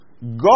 God